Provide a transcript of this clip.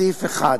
סעיף 1